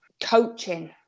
coaching